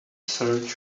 search